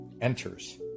enters